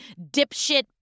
dipshit